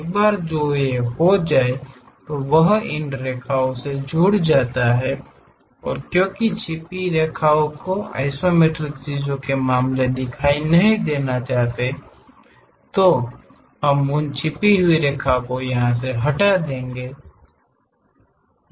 एक बार जो हो जाय तो वह इन रेखाओं से जुड़ जाता है क्योंकि छिपी रेखा को आइसोमेट्रिक चीजों के मामले में दिखाई नहीं देना चाहिए हम उन छिपी हुई लाइनों को हटा देते हैं